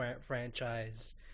franchise